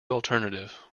alternative